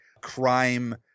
crime